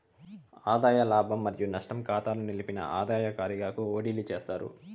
ఆదాయ లాభం మరియు నష్టం కాతాల నిలిపిన ఆదాయ కారిగాకు ఓడిలీ చేస్తారు